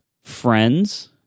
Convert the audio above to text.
friends